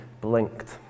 blinked